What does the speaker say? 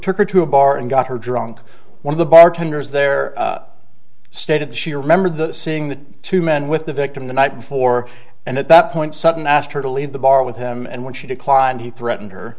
took her to a bar and got her drunk one of the bartenders there stated that she remembered the seeing the two men with the victim the night before and at that point sudden asked her to leave the bar with him and when she declined he threatened